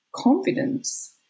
confidence